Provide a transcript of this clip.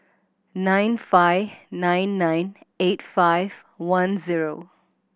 nine five nine nine eight five one zero